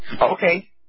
Okay